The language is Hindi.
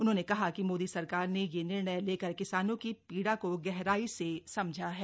उन्होंने कहा कि मोदी सरकार ने यह निर्णय लेकर किसानों की पीड़ा को गहराई से समझा है